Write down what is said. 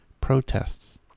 protests